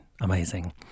Amazing